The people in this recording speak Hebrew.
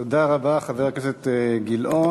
תודה רבה, חבר הכנסת גילאון.